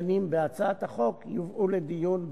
שדנות בהצעת החוק יובאו לדיון בוועדה.